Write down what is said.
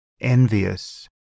envious